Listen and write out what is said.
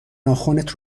ناخنت